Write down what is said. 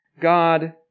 God